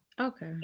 Okay